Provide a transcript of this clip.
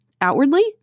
outwardly